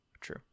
True